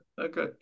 okay